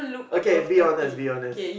okay be honest be honest